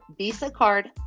VisaCard